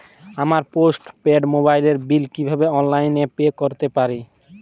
আমার postpaid মোবাইলের bill কীভাবে অনলাইনে পে করতে পারি?